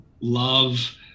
love